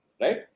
right